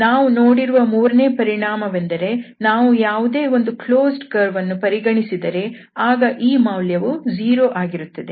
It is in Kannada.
ನಾವು ನೋಡಿರುವ ಮೂರನೇ ಪರಿಣಾಮವೆಂದರೆ ನಾವು ಯಾವುದೇ ಒಂದು ಕ್ಲೋಸ್ಡ್ ಕರ್ವ್ ಅನ್ನು ಪರಿಗಣಿಸಿದರೆ ಆಗ ಈ ಮೌಲ್ಯವು 0 ಆಗಿರುತ್ತದೆ